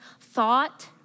thought